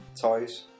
Toys